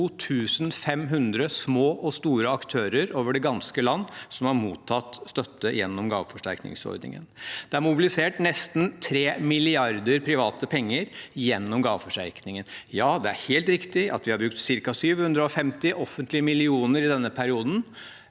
2 500 små og store aktører over det ganske land som har mottatt støtte gjennom gaveforsterkningsordningen. Det er mobilisert nesten tre milliarder private penger gjennom gaveforsterkningen. Ja, det er helt riktig at vi har brukt ca. 750 mill. kr offentlige penger i den perioden,